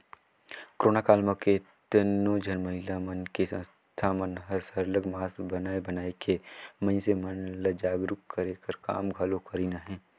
corona काल म केतनो झन महिला मन के संस्था मन हर सरलग मास्क बनाए बनाए के मइनसे मन ल जागरूक करे कर काम घलो करिन अहें